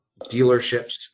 dealerships